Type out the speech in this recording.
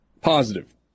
positive